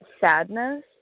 sadness